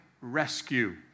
rescue